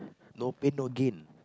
no pain no gain